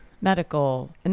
medical –